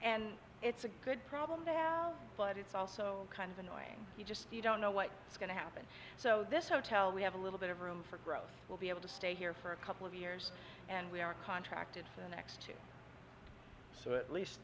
and it's a good problem to have but it's also kind of annoying you just you don't know what's going to happen so this hotel we have a little bit of room for growth we'll be able to stay here for a couple of years and we are contracted for the next two so at least